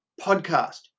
podcast